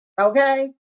okay